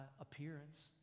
appearance